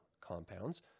compounds